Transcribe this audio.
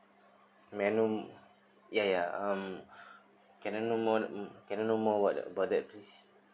may I know ya ya um can I know more can I know more abo~ about that please